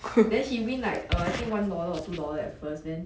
then he will like err I think one dollar or two dollar at first then